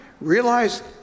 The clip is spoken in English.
realize